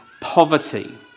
poverty